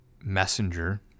messenger